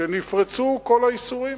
שנפרצו כל האיסורים